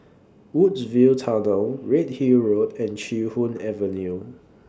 Woodsville Tunnel Redhill Road and Chee Hoon Avenue